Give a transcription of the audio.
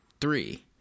three